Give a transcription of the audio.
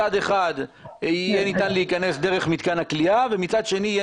מצד אחד יהיה ניתן להיכנס דרך מתקן הכליאה ומהצד השני יהיה